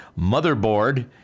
motherboard